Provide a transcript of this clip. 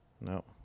No